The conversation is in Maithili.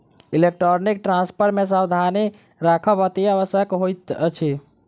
इलेक्ट्रौनीक ट्रांस्फर मे सावधानी राखब अतिआवश्यक होइत अछि